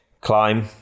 Climb